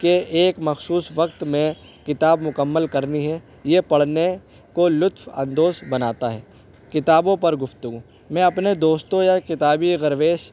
کہ ایک مخصوص وقت میں کتاب مکمل کرنی ہے یہ پڑھنے کو لطف اندوز بناتا ہے کتابوں پر گفتگو میں اپنے دوستوں یا کتابی